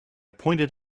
pointed